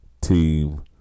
team